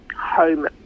home